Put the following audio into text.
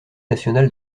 nationale